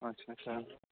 अच्छा अच्छा